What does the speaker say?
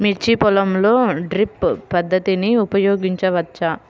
మిర్చి పొలంలో డ్రిప్ పద్ధతిని ఉపయోగించవచ్చా?